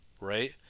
right